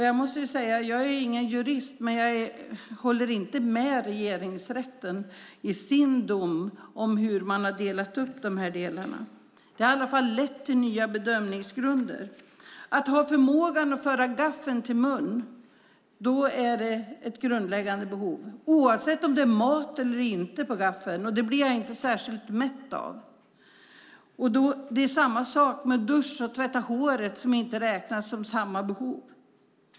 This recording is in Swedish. Jag är ingen jurist, men jag håller inte med Regeringsrätten i deras dom hur de har delat upp detta. Det har i alla fall lett till nya bedömningsgrunder. Att ha förmågan att föra gaffeln till munnen blir jag inte särskilt mätt av om det inte är mat på gaffeln. Men det är ett grundläggande behov, oavsett om det är mat eller inte på gaffeln. Det är samma sak med dusch och hårtvätt som inte räknas som samma behov.